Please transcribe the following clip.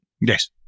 Yes